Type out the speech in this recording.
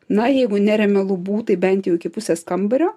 na jeigu neremia lubų tai bent jau iki pusės kambario